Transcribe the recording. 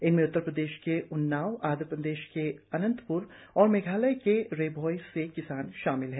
इनमें उत्तर प्रदेश के उन्नाव आंध्र प्रदेश के अनंतप्र और मेघालय में रि भोई के किसान शामिल हैं